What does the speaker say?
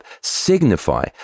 signify